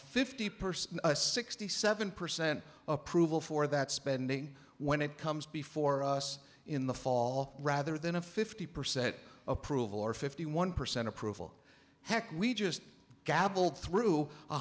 fifty percent a sixty seven percent approval for that spending when it comes before us in the fall rather than a fifty percent approval or fifty one percent approval heck we just gaveled through